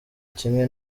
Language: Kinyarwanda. kimwe